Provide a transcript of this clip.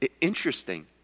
interesting